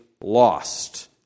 lost